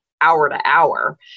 hour-to-hour